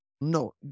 no